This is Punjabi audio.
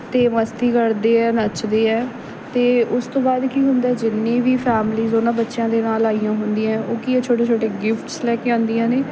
ਅਤੇ ਮਸਤੀ ਕਰਦੇ ਹੈ ਨੱਚਦੇ ਹੈ ਅਤੇ ਉਸ ਤੋਂ ਬਾਅਦ ਕੀ ਹੁੰਦਾ ਹੈ ਜਿੰਨੀ ਵੀ ਫੈਮਿਲੀਜ਼ ਉਨ੍ਹਾਂ ਬੱਚਿਆਂ ਦੇ ਨਾਲ ਆਈਆਂ ਹੁੰਦੀਆਂ ਹੈ ਉਹ ਕੀ ਹੈ ਛੋਟੇ ਛੋਟੇ ਗਿਫਟਸ ਲੈ ਕੇ ਆਉਂਦੀਆਂ ਨੇ